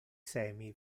semi